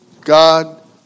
God